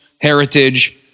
heritage